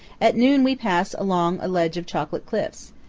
at noon we pass along a ledge of chocolate cliffs,